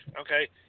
okay